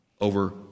over